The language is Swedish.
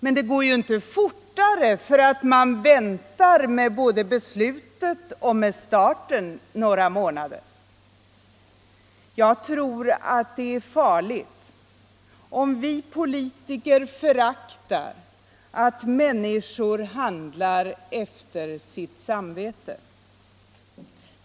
Men inte går det fortare för att man väntar med både beslutet och starten några månader. Jag tror att det är farligt om vi politiker föraktar att människor handlar efter sitt samvete.